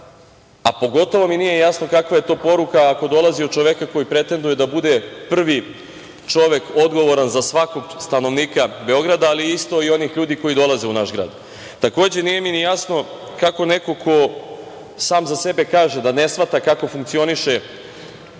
a pogotovo mi nije jasno kakva je to poruka, ako dolazi od čoveka koji pretenduje da bude prvi čovek, odgovoran za svakog stanovnika Beograda, ali isto i onih ljudi koji dolaze u naš grad. Takođe, nije mi jasno kako neko ko sam za sebe kaže da ne shvata kako funkcioniše